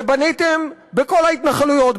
ובניתם בכל ההתנחלויות,